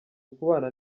ukubana